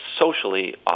socially